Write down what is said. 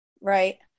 Right